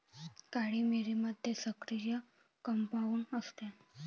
काळी मिरीमध्ये सक्रिय कंपाऊंड असते